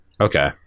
Okay